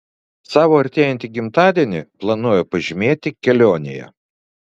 savo artėjantį gimtadienį planuoju pažymėti kelionėje